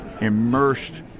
immersed